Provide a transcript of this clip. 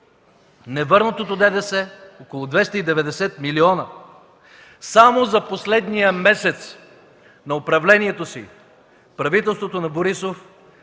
невърнатото ДДС – около 290 милиона. Само за последния месец на управлението си правителството на Борисов